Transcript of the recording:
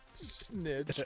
Snitch